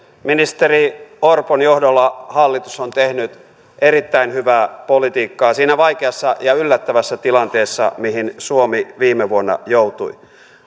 ministeri orpon johdolla hallitus on tehnyt erittäin hyvää politiikkaa siinä vaikeassa ja yllättävässä tilanteessa mihin suomi viime vuonna joutui